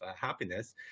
happiness